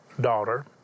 daughter